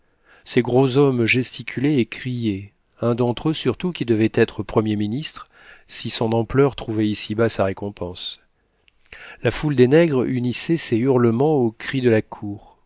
ces gros hommes gesticulaient et criaient un d'entre eux surtout qui devait être premier ministre si son ampleur trouvait ici-bas sa récompense la foule des nègres unissait ses hurlements aux cris de la cour